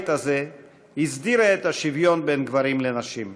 הזה הסדירה את השוויון בין גברים לנשים,